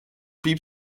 blieb